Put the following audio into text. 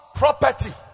property